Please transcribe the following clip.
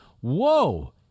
Whoa